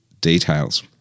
Details